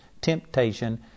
temptation